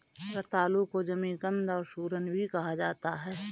रतालू को जमीकंद और सूरन भी कहा जाता है